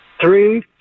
three